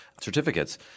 certificates